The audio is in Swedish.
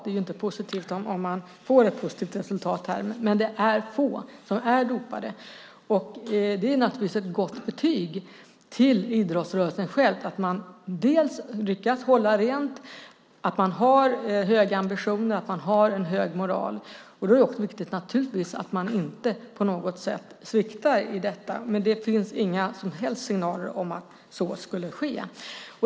Det är ju inte positivt om man får ett positivt resultat här. Det är alltså få som är dopade. Det är naturligtvis ett gott betyg till idrottsrörelsen själv att man lyckas hålla rent, att man har höga ambitioner och att man har en hög moral. Då är det också naturligtvis viktigt att man inte på något sätt sviktar i detta, men det finns inga som helst signaler om att så skulle ske.